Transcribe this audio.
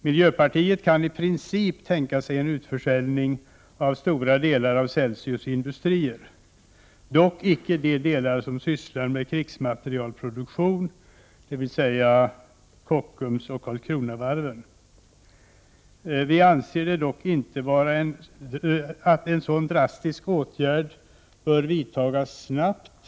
Miljöpartiet kan i princip tänka sig en utförsäljning av stora delar av Celsius Industrier, dock icke de delar som sysslar med krigsmaterielproduktion, dvs. Kockums och Karlskronavarvet. Vi anser dock inte att en så drastisk åtgärd skall vidtas snabbt.